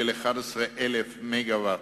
של 11,000 מגוואט.